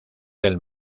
del